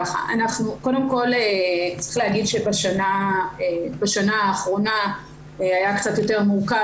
קודם כל צריך להגיד שבשנה האחרונה היה קצת יותר מורכב,